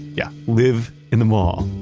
yeah live in the mall.